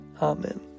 Amen